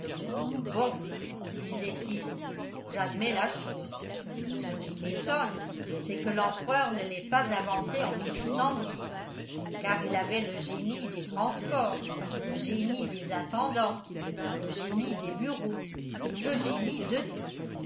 bon disait-il j'admets la chose ce qui m'étonne c'est que l'empereur ne l'ait pas inventée en car il avait le génie des transports le génie des intendances le génie des bureaux le génie de tout